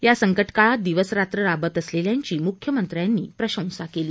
या संकटकाळात दिवसरात्र राबत असलेल्यांची मुख्यमंत्र्यानी प्रशंसा केली